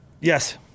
Yes